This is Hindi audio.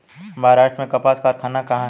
महाराष्ट्र में कपास कारख़ाना कहाँ है?